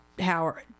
Howard